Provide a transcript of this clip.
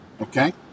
Okay